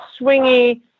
swingy